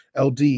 LD